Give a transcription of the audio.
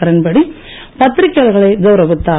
கிரண்பேடி பத்திரிகையாளர்களை கவுரவித்தார்